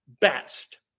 best